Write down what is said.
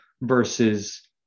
versus